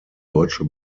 deutsche